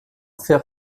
fer